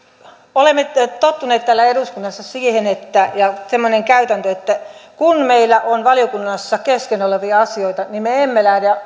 olemme tottuneet täällä eduskunnassa siihen ja on semmoinen käytäntö että kun meillä on valiokunnassa kesken olevia asioita niin me emme lähde